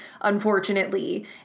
unfortunately